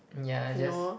ya just